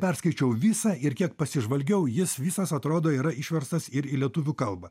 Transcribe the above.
perskaičiau visą ir kiek pasižvalgiau jis visas atrodo yra išverstas ir į lietuvių kalbą